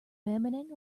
feminine